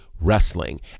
wrestling